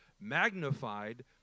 magnified